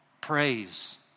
praise